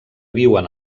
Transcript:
viuen